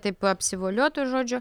taip apsivoliotų žodžiu